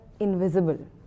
invisible